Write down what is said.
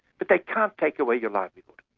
but they can't take away your livelihood.